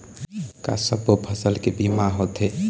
का सब्बो फसल के बीमा होथे?